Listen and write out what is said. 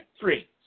three